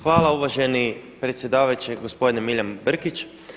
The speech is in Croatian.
Hvala uvaženi predsjedavajući gospodine Milijan Brkić.